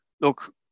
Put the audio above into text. look